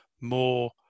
more